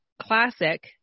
classic